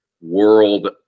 world